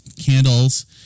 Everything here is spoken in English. candles